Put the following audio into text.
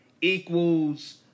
equals